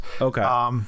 Okay